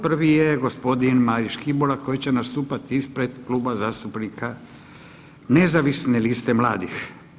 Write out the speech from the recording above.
Prvi je gospodin Marin Škibola koji će nastupati ispred Kluba zastupnika Nezavisne liste mladih.